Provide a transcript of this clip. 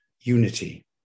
unity